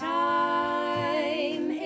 time